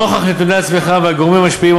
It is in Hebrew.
נוכח נתוני הצמיחה והגורמים המשפיעים